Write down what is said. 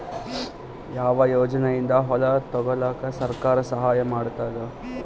ಯಾವ ಯೋಜನೆಯಿಂದ ಹೊಲ ತೊಗೊಲುಕ ಸರ್ಕಾರ ಸಹಾಯ ಮಾಡತಾದ?